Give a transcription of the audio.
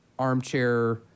armchair